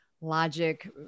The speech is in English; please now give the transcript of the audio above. logic